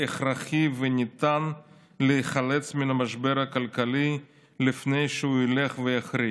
שהכרחי וניתן להיחלץ מן המשבר הכלכלי לפני שהוא ילך ויחריף,